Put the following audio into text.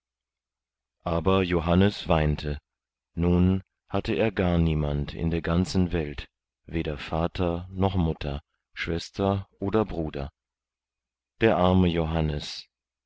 aber johannes weinte nun hatte er gar niemand in der ganzen welt weder vater noch mutter schwester oder bruder der arme johannes